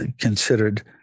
considered